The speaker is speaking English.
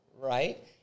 right